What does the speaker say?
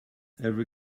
every